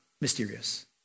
mysterious